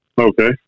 Okay